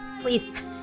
Please